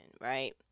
right